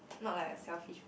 not like a selfish